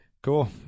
Cool